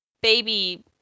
baby